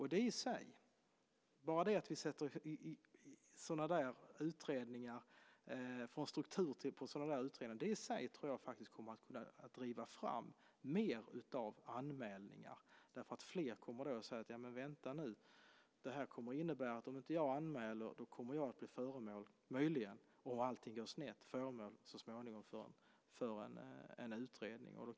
Det i sig, bara det att vi får struktur på sådana utredningar, tror jag kommer att driva fram mer av anmälningar därför att fler kommer att säga: Vänta nu, det här kommer att innebära att om jag inte anmäler kommer jag möjligen, om allting går snett, så småningom bli föremål för en utredning.